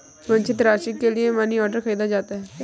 वांछित राशि के लिए मनीऑर्डर खरीदा जाता है